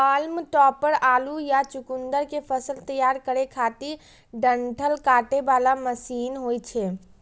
हाल्म topper आलू या चुकुंदर के फसल तैयार करै खातिर डंठल काटे बला मशीन होइ छै